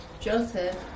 Joseph